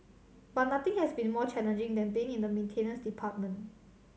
but nothing has been more challenging than being in the maintenance department